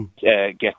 get